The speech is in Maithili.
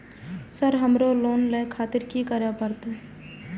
सर हमरो लोन ले खातिर की करें परतें?